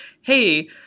hey